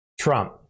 Trump